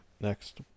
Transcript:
next